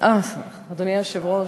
אדוני היושב-ראש,